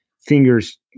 fingers